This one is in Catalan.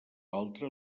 altra